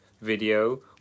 video